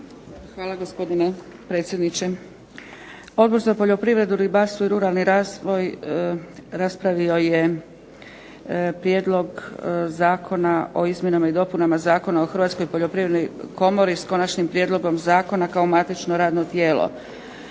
Hvala gospodine predsjedniče. Odbor za poljoprivredu, ribarstvo i ruralni razvoj raspravio je prijedlog Zakona o izmjenama i dopunama Zakona o Hrvatskoj poljoprivrednoj komori, s konačnim prijedlogom zakona, kao matično radno tijelo.